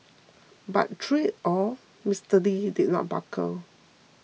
but through it all Mister Lee did not buckle